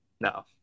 No